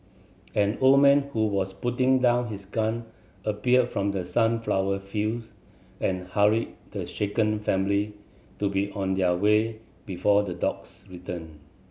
an old man who was putting down his gun appeared from the sunflower fields and hurried the shaken family to be on their way before the dogs return